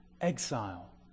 exile